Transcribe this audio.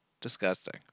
disgusting